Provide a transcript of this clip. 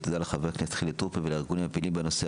תודה לח"כ חילי טרופר ולארגונים הפעילים בנושא,